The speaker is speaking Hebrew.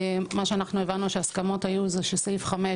מה שאנחנו הבנו שההסכמות היו זה שסעיף 5